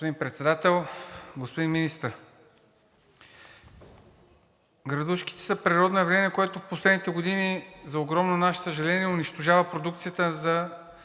Господин Председател, господин Министър! Градушките са природно явление, което последните години за огромно наше съжаление унищожава продукцията на